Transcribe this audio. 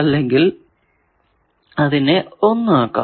അല്ലെങ്കിൽ അതിനെ 1 ആക്കാം